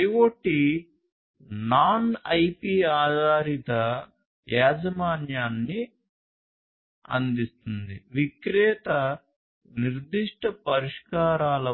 IoT non IP ఆధారిత యాజమాన్యాన్ని అందిస్తుంది విక్రేత నిర్దిష్ట పరిష్కారాల